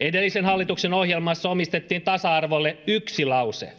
edellisen hallituksen ohjelmassa omistettiin tasa arvolle yksi lause